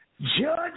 Judge